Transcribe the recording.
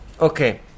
Okay